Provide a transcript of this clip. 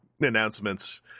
announcements